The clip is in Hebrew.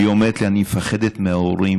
והיא אומרת לי: אני מפחדת מההורים,